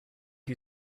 who